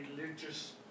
religious